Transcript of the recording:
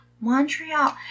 Montreal